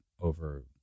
over